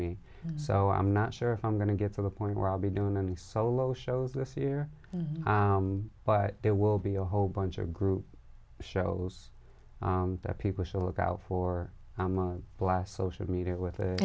me so i'm not sure if i'm going to get to the point where i'll be doing any solo shows this year but there will be a whole bunch of group shows that people should look out for i'm a blast social media with it